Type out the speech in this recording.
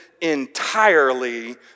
entirely